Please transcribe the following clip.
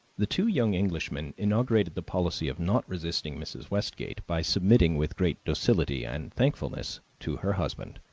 the two young englishmen inaugurated the policy of not resisting mrs. westgate by submitting, with great docility and thankfulness, to her husband.